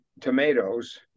tomatoes